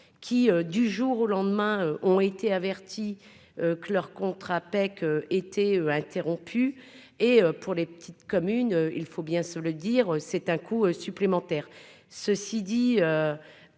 qui, du jour au lendemain, ont été avertis que leur contrat été interrompu et pour les petites communes, il faut bien se le dire, c'est un coût supplémentaire,